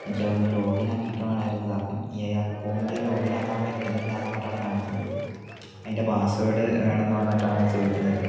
എനിക്ക് അതൊന്ന് ലോഗിൻ ആക്കിയിട്ട് വേണമായിരുന്നു ഇതാക്കാൻ ഈ അക്കൗണ്ട് ലോഗിൻ ആക്കാൻ പറ്റുന്നില്ല എന്ന് പറഞ്ഞിട്ടാണ് കാണിക്കുന്നത് അതിൻ്റെ പാസ്വേഡ് വേണം എന്ന് പറഞ്ഞിട്ടാണ് ചോദിക്കുന്നത്